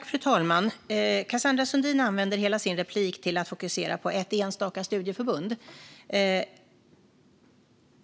Fru talman! Cassandra Sundin använder hela sitt anförande till att fokusera på ett enstaka studieförbund.